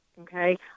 okay